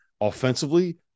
offensively